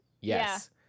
Yes